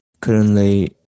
Currently